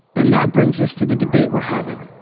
and that brings us to the debate we're having.